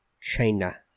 China